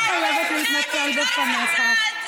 אני לא חייבת להתנצל בפניך.